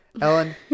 Ellen